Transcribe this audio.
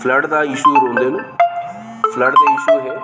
flood दा issue रौंह्दे न फ्लड्ड दे इशू न